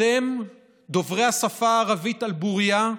אתם, דוברי השפה הערבית על בוריה,